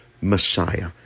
messiah